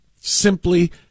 simply